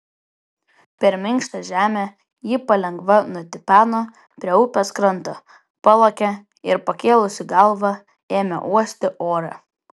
per minkštą žemę ji palengva nutipeno prie upės kranto palakė ir pakėlusi galvą ėmė uosti orą